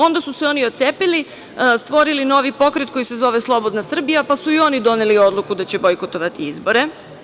Onda su se oni ocepili, stvorili novi pokret koji se zove „Slobodna Srbija“, pa su i oni doneli odluku da će bojkotovati izbore.